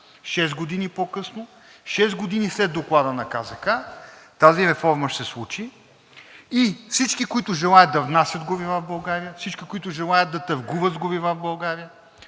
години по-късно, шест години след Доклада на КЗК тази реформа ще се случи и всички, които желаят да внасят горива в България, и всички, които желаят да търгуват с горива в България,